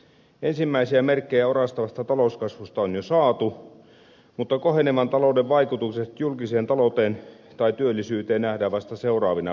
ensimmäisiä merkkejä orastavasta talouskasvusta on jo saatu mutta kohenevan talouden vaikutukset julkiseen talouteen tai työllisyyteen nähdään vasta seuraavina vuosina